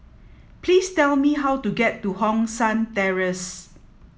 please tell me how to get to Hong San Terrace